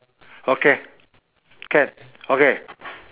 okay can okay